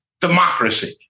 democracy